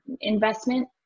investment